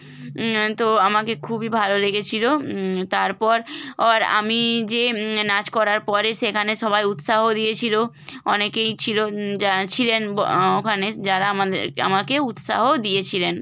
তো আমাকে খুবই ভালো লেগেছিলো তারপর অর আমি যে নাচ করার পরে সেখানে সবাই উৎসাহ দিয়েছিলো অনেকেই ছিলো ছিলেন ব ওখানে যারা আমাদেরকে আমাকে উৎসাহও দিয়েছিলেন